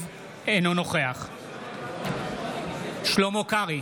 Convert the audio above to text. אינו נוכח שלמה קרעי,